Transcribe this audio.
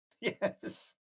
Yes